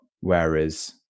Whereas